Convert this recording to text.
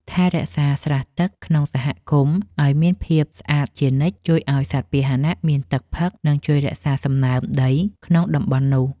ថែរក្សាស្រះទឹកក្នុងសហគមន៍ឱ្យមានភាពស្អាតជានិច្ចជួយឱ្យសត្វពាហនៈមានទឹកផឹក និង ជួយរក្សាសំណើមដីក្នុងតំបន់នោះ។